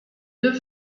deux